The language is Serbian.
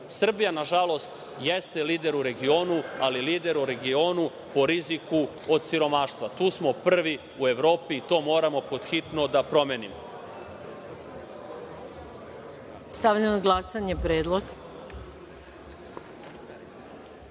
Srbija, nažalost, jeste lider u regionu, ali u lider u regionu po riziku od siromaštva. Tu smo prvi u Evropi i to moramo pod hitno da promenimo. **Maja Gojković**